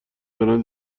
دارن